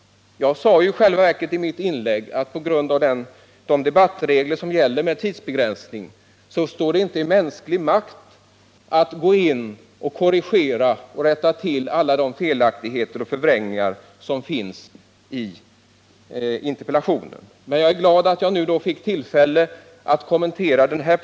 I själva verket sade jag i mitt inlägg att det på grund av tidsbegränsningen inte står i mänsklig makt att gå in och korrigera alla de felaktigheter och förvrängningar som finns i interpellationen. Men det är bra att jag nu fick tillfälle att kommentera denna.